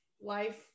life